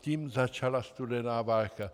Tím začala studená válka.